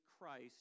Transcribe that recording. Christ